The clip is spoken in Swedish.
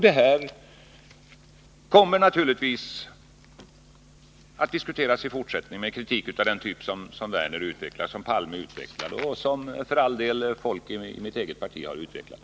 Det här kommer naturligtvis att diskuteras också i fortsättningen — med kritik av den typ som Lars Werner och Olof Palme utvecklar och som för all del även folk i mitt eget parti har utvecklat.